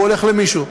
והוא הולך למישהו.